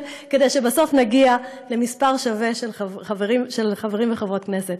כדי שבסוף נגיע למספר שווה של חברים וחברות בכנסת.